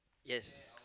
yes